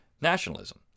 nationalism